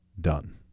done